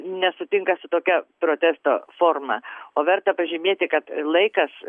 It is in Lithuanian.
nesutinka su tokia protesto forma o verta pažymėti kad ir laikas